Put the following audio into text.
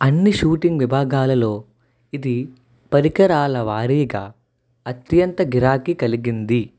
అన్ని షూటింగ్ విభాగాలలో ఇది పరికరాల వారీగా అత్యంత గిరాకీ కలిగింది